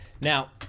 Now